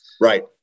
right